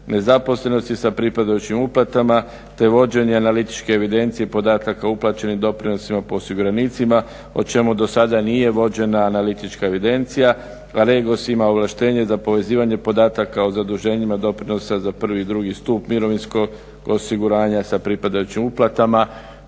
nezaposlenosti sa pripadajućim uplatama, te vođenje analitičke evidencije podataka uplaćenim doprinosima po osiguranicima o čemu do sada nije vođena analitička evidencija. Regos ima ovlaštenje za povezivanje podataka o zaduženjima doprinosa za prvi i drugi stup mirovinskog osiguranja sa pripadajućim uplatama.